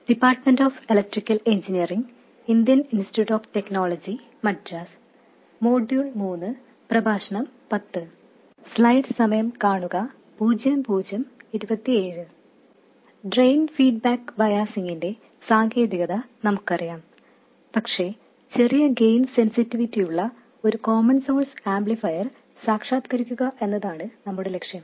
drain feedback ബയാസിങിന്റെ സാങ്കേതികത നമുക്കറിയാം പക്ഷേ ചെറിയ ഗെയിൻ സെൻസിറ്റിവിറ്റിയുള്ള ഒരു കോമൺ സോഴ്സ് ആംപ്ലിഫയർ സാക്ഷാത്കരിക്കുക എന്നതാണ് നമ്മുടെ ലക്ഷ്യം